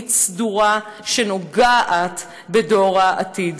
מדינית סדורה שנוגעת בדור העתיד.